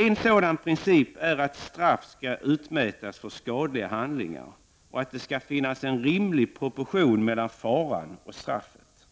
En sådan princip är att straff skall utmätas för skadliga handlingar och att det skall finnas rimlig proportion mellan faran och straffet.